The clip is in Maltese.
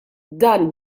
dan